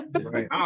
right